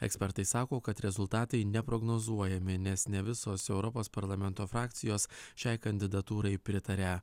ekspertai sako kad rezultatai neprognozuojami nes ne visos europos parlamento frakcijos šiai kandidatūrai pritaria